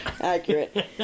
Accurate